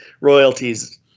royalties